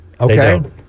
Okay